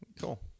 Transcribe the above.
Cool